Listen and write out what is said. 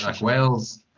Wales